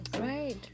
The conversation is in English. Right